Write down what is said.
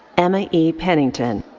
anna e. pennington.